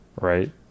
Right